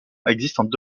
existent